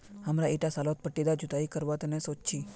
हमरा ईटा सालत पट्टीदार जुताई करवार तने सोच छी